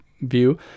view